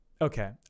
Okay